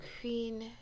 queen